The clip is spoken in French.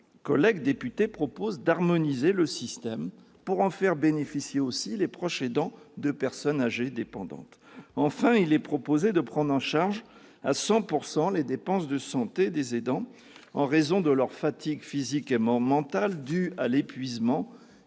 collègue député propose d'étendre ce système pour en faire bénéficier aussi les proches aidants de personnes âgées dépendantes. Enfin, il est proposé de prendre en charge à 100 % les dépenses de santé des aidants, en raison de leur état d'épuisement physique et mental, qui nécessiterait